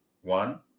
one